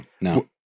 No